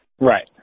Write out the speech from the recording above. Right